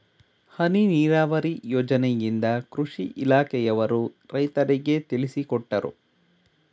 ಹನಿ ನೀರಾವರಿ ಯೋಜನೆಯಿಂದ ಕೃಷಿ ಇಲಾಖೆಯವರು ರೈತರಿಗೆ ತಿಳಿಸಿಕೊಟ್ಟರು